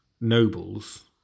nobles